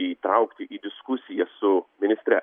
įtraukti į diskusiją su ministre